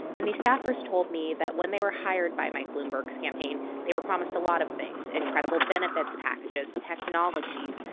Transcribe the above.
and the staffers told me that when they were hired by mike bloomberg's campaign, they were promised a lot of things incredible benefits packages, technologies,